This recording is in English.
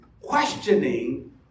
questioning